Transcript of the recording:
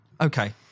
Okay